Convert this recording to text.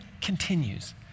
continues